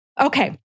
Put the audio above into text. Okay